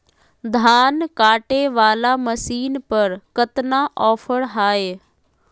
धान कटे बाला मसीन पर कतना ऑफर हाय?